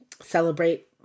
celebrate